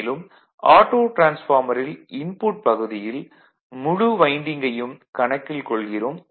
மேலும் ஆட்டோ டிரான்ஸ்பார்மரில் இன்புட் பகுதியில் முழு வைண்டிங்கையும் கணக்கில் கொள்கிறோம்